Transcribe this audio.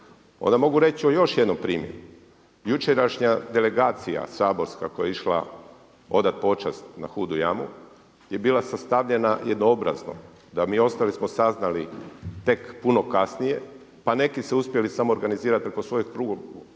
Onda mogu reći o još jednom primjeru. Jučerašnja delegacija saborska koja je išla odat počast na Hudu jamu je bila sastavljena jednoobrazno, da mi ostali smo saznali tek puno kasnije, pa neki se uspjeli samoorganizirati preko svojih klubova.